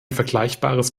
vergleichbares